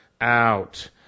out